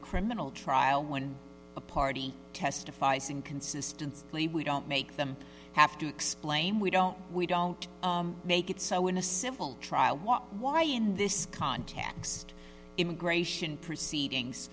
criminal trial when a party testifies and consistently we don't make them have to explain we don't we don't make it so in a civil trial what why in this context immigration proceedings